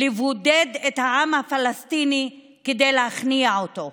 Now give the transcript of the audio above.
לבודד את העם הפלסטיני כדי להכניע אותו.